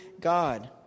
God